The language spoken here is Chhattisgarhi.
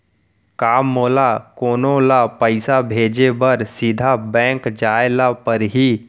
का मोला कोनो ल पइसा भेजे बर सीधा बैंक जाय ला परही?